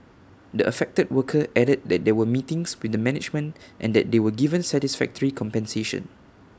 the affected worker added that there were meetings with the management and that they were given satisfactory compensation